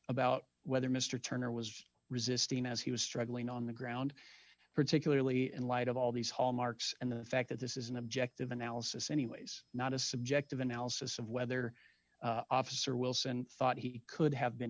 about whether mr turner was resisting as he was struggling on the ground particularly in light of all these hallmarks and the fact that this is an objective analysis anyways not a subjective analysis of whether officer wilson thought he could have been